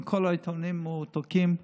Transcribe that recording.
וכל העיתונים מרותקים,